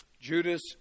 Judas